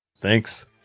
Thanks